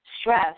stress